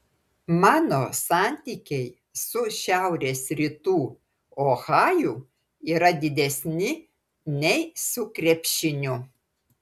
mano santykiai su šiaurės rytų ohaju yra didesni nei su krepšiniu